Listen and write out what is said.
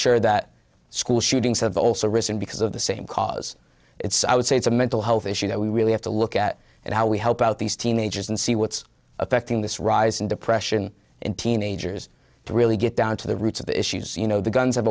share that school shootings have also risen because of the same cause it's i would say it's a mental health issue that we really have to look at and how we help out these teenagers and see what's affecting this rise in depression in teenagers to really get down to the roots of the issues you know the guns